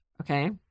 Okay